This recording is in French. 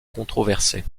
controversée